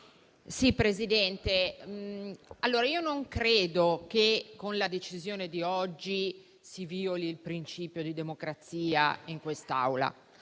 Presidente, io non credo che con la decisione di oggi si violi il principio di democrazia in quest'Aula.